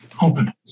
open